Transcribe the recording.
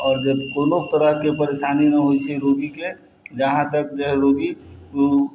आओर जे कोनो तरहके परेशानी नहि होइ छै रोगीके जहाँ तक जे हइ रोगी